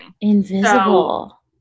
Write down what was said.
Invisible